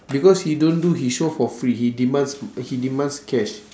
because he don't do his show for free he demands he demands cash